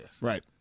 Right